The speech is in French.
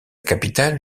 capitale